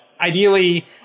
ideally